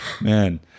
Man